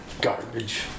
garbage